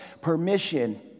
permission